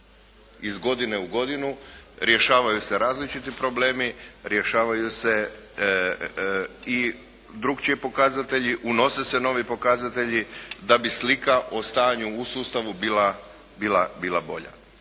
Iz godine u godinu rješavaju se različiti problemi, rješavaju se i drukčiji pokazatelji. Unose se novi pokazatelji da bi slika o stanju u sustavu bila bolja.